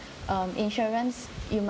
um insurance it